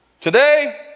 Today